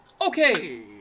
okay